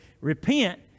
repent